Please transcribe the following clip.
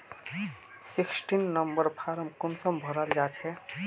Sixteen number form कुंसम भराल जाछे?